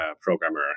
programmer